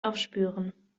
aufspüren